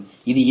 இது இணைப்பு